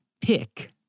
pick